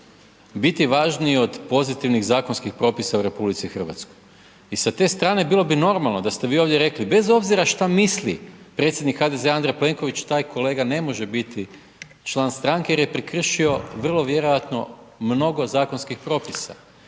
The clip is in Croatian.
biti važniji od pozitivnih zakonskih propisa u RH. I sa te strane bilo bi normalno da ste vi ovdje rekli bez obzira šta misli predsjednik HDZ-a Andrej Plenković taj kolega ne može biti član stranke jer je prekršio vrlo vjerojatno mnogo zakonskih propisa.